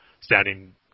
standing